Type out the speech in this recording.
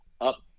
up